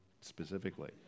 specifically